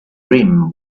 rim